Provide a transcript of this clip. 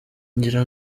ngira